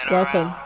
Welcome